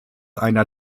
einer